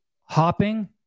Hopping